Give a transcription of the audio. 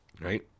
right